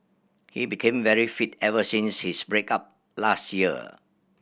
he became very fit ever since his break up last year